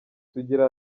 sugira